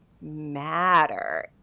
matter